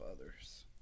others